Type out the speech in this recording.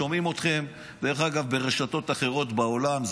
שומעים אתכם ברשתות אחרות בעולם,